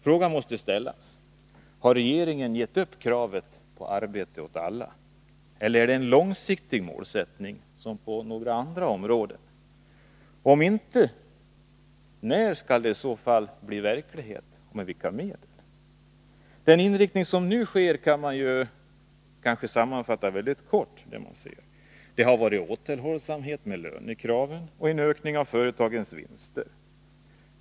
Frågan måste ställas: Har regeringen gett upp kravet på arbete åt alla, eller har man här en långsiktig målsättning som på några andra områden? Om inte — när skall den fulla sysselsättningen bli verklighet och med vilka medel? Den inriktning som politiken nu har haft kan sammanfattas på följande sätt: Återhållsamhet med lönekraven och en ökning av företagens vinster.